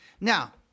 Now